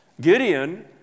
Gideon